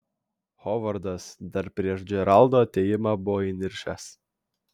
hovardas dar prieš džeraldo atėjimą buvo įniršęs